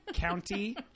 county